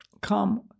come